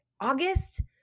August